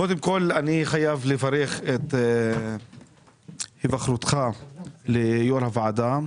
קודם כל אני חייב לברך את היבחרותך ליו"ר הוועדה.